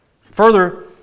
Further